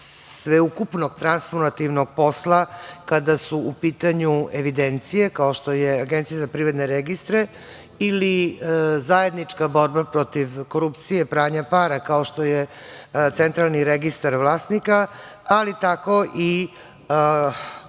sveukupnog transformativnog posla, kada su u pitanju evidencije, kao što je Agencija za privredne registre ili zajednička borba protiv korupcije, pranja para, kao što je Centralni registar vlasnika, ali tako i o